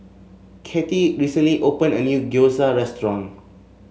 Cathie recently opened a new Gyoza Restaurant